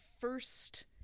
first